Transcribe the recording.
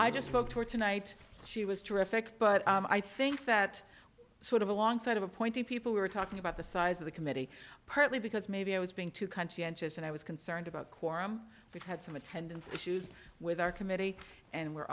i just spoke to her tonight she was terrific but i think that sort of along side of a pointy people were talking about the size of the committee partly because maybe i was being too conscientious and i was concerned about quorum we've had some attendance issues with our committee and we're